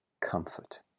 comfort